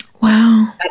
Wow